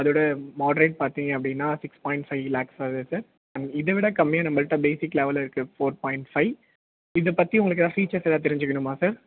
அதோடய மாட்ரேட் பார்த்தீங்க அப்படின்னா சிக்ஸ் பாய்ண்ட் ஃபைவ் லேக்ஸ் வருது சார் இதை விட கம்மியாக நம்மள்ட பேசிக் லெவல் இருக்குது ஃபோர் பாய்ண்ட் ஃபைவ் இதை பற்றி உங்களுக்கு எதாது ஃபீச்சர்ஸ் எதாது தெரிஞ்சிக்கணுமா சார்